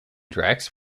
tracks